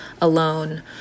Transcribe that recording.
alone